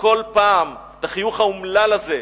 כל פעם את החיוך האומלל הזה,